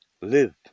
Live